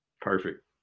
Perfect